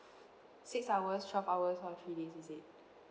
six hours twelve hours or three days is it